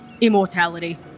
immortality